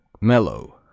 mellow